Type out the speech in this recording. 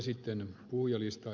herra puhemies